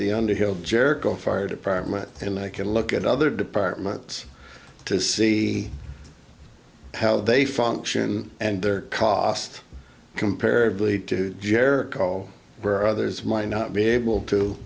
the underhill jericho fire department and i can look at other departments to see how they function and their cost compared lead to jericho where others might not be able to